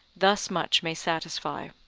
thus much may satisfy.